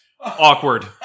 Awkward